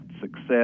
success